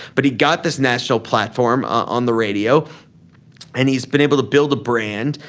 but he got this national platform on the radio and he's been able to build a brand.